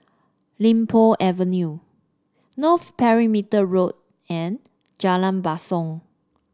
Li Po Avenue North Perimeter Road and Jalan Basong